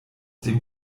dem